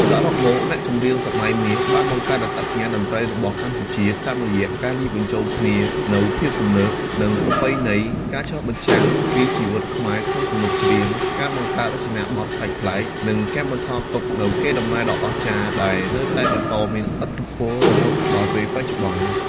សរុបមក អ្នកចម្រៀងសម័យមាសបានបង្កើតអត្តសញ្ញាណតន្ត្រីរបស់កម្ពុជាតាមរយៈការលាយបញ្ចូលគ្នានូវភាពទំនើប និងប្រពៃណី ការឆ្លុះបញ្ចាំងពីជីវិតខ្មែរក្នុងទំនុកច្រៀង ការបង្កើតរចនាបថប្លែកៗ និងការបន្សល់ទុកនូវកេរដំណែលដ៏អស្ចារ្យដែលនៅតែបន្តមានឥទ្ធិពលរហូតមកដល់ពេលបច្ចុប្បន្ន។